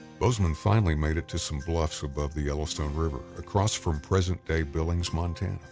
bozeman finally made it to some bluffs above the yellowstone river, across from present day billings, montana.